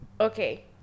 Okay